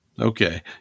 Okay